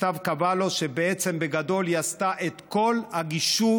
סתיו קבלו שבעצם בגדול היא עשתה את כל הגישור